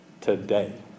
today